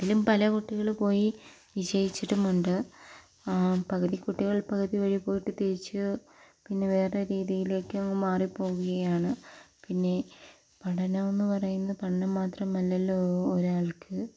അതിലും പല കുട്ടികൾ പോയി വിജയിച്ചിട്ടുമുണ്ട് പകുതി കുട്ടികൾ പകുതി വഴി പോയിട്ട് തിരിച്ച് പിന്നെ വേറെ രീതിയിലേക്ക് അങ് മാറിപ്പോകുകയാണ് പിന്നെ പഠനം എന്ന് പറയുന്നത് പഠനം മാത്രമല്ലല്ലോ ഒരാൾക്ക്